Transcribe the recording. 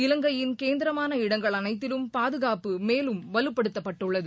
இலங்கையின் கேந்திரமான இடங்கள் அனைத்திலும் பாதுகாப்பு மேலும் வலுப்படுத்தப்பட்டுள்ளது